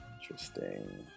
Interesting